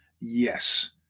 Yes